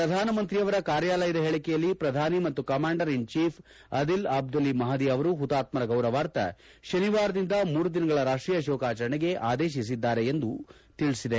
ಪ್ರಧಾನಮಂತ್ರಿಯವರ ಕಾರ್ಯಾಲಯದ ಹೇಳಿಕೆಯಲ್ಲಿ ಪ್ರಧಾನಿ ಮತ್ತು commander in chief Adil Abdul ಮಪದಿ ಅವರು ಪುತಾತ್ಪರ ಗೌರವಾರ್ಥ ಶನಿವಾರದಿಂದ ಮೂರು ದಿನಗಳ ರಾಷ್ಷೀಯ ಶೋಕಾಚರಣೆಗೆ ಆದೇಶಿಸಿದ್ದಾರೆ ಎಂದು ತಿಳಿಸಿದೆ